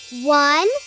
One